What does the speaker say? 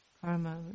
karma